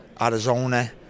Arizona